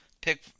pick